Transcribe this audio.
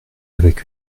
avec